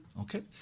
Okay